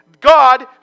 God